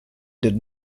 did